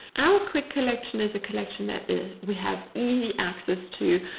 our quick collection, is a collection that we have easy access to.